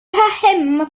hemma